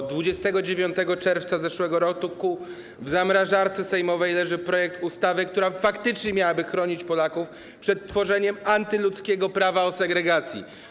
Od 29 czerwca zeszłego roku w zamrażarce sejmowej leży projekt ustawy, która faktycznie miałaby chronić Polaków przed tworzeniem antyludzkiego prawa o segregacji.